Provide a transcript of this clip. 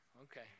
okay